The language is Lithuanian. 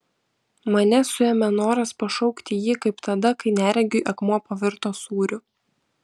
mane suėmė noras pašaukti jį kaip tada kai neregiui akmuo pavirto sūriu